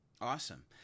awesome